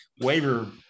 waiver